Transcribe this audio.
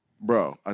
bro